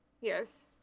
yes